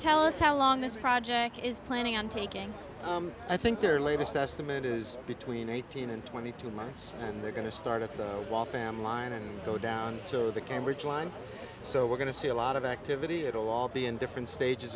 tell us how long this project is planning on taking i think their latest estimate is between eighteen and twenty two months and they're going to start at the wall fam line and go down to the cambridge line so we're going to see a lot of activity it'll all be in different stages